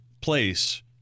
place